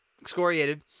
excoriated